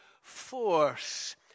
force